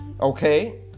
Okay